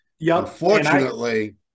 Unfortunately